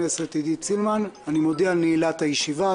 לחילופין בראשות הוועדה הזמנית לענייני כספים,